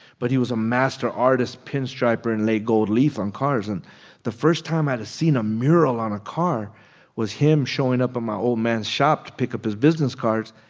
but he was a master artist pinstriper and laid gold leaf on cars. and the first time i had seen a mural on a car was him showing up at my old man's shop to pick up his business cards.